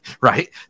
right